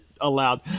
allowed